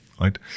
right